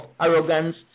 arrogance